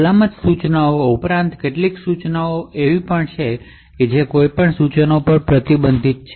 સલામત ઇન્સટ્રકશનશ ઉપરાંત કેટલીક ઇન્સટ્રકશનશ જેમકે int એવી પણ છે કે જે કોઈપણ ઇન્સટ્રકશન પર પ્રતિબંધિત છે